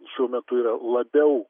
šiuo metu yra labiau